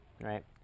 right